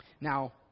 Now